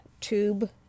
tube